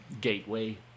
Gateway